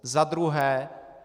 Za druhé.